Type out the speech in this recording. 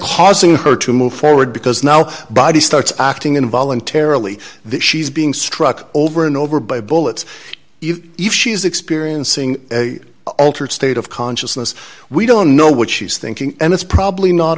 causing her to move forward because now body starts acting in voluntarily that she's being struck over and over by bullets even if she's experiencing a altered state of consciousness we don't know what she's thinking and it's probably not